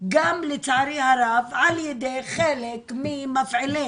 גם לצערי הרב על ידי חלק ממפעילי